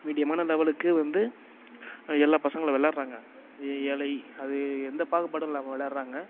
மீடியமான லெவெலுக்கு வந்து எல்லா பசங்களும் விளையாடுறாங்க ஏழை அது எந்த பாகுபாடும் இல்லாமல் விளையாடுறாங்க